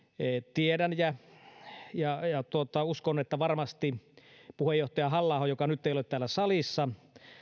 tiedän ja ja uskon että varmasti puheenjohtaja halla aho joka nyt ei ole täällä salissa